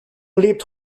lebt